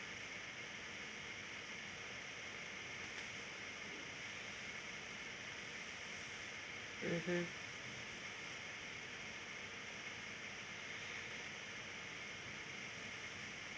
mmhmm